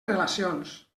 relacions